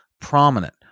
prominent